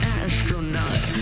astronaut